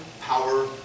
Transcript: power